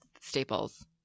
staples